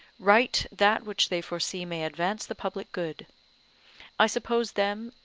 write that which they foresee may advance the public good i suppose them,